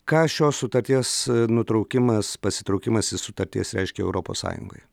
ką šios sutarties nutraukimas pasitraukimas iš sutarties reiškia europos sąjungoje